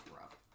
rough